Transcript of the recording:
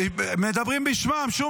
בגלל